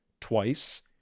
twice